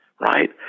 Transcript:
right